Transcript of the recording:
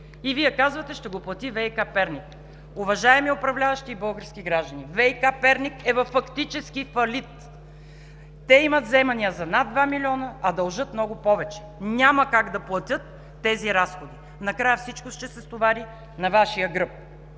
и Вие казвате: „Ще я плати „ВиК – Перник.“ Уважаеми управляващи и български граждани, „ВиК – Перник“ е във фактически фалит! Те имат вземания за над 2 милиона, а дължат много повече – няма как да платят тези разходи. Накрая всичко ще се стовари на Вашия гръб.